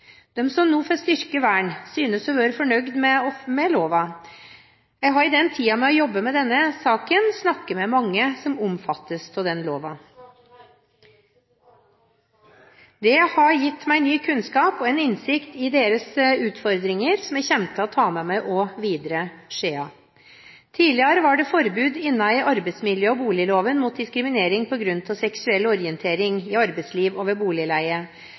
dem et ordentlig vern og gjennom det en lettere hverdag. De som nå får et styrket vern, synes å være fornøyd med loven. Jeg har i den tiden vi har jobbet med denne saken, snakket med mange som omfattes av denne loven. Det har gitt meg ny kunnskap og en innsikt i deres utfordringer som jeg også kommer til å ta med meg videre. Tidligere var det i arbeidsmiljøloven og boligloven forbud mot diskriminering på grunn av seksuell orientering i arbeidslivet og ved boligleie.